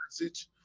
message